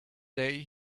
day